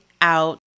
out